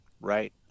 Right